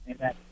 Amen